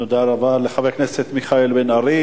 תודה רבה לחבר הכנסת מיכאל בן-ארי.